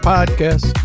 Podcast